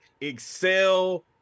excel